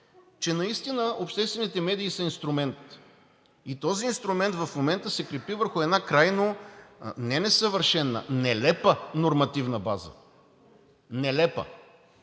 че наистина обществените медии са инструмент и този инструмент в момента се крепи върху една крайно не несъвършена, нелепа нормативна база и